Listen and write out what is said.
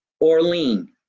Orlean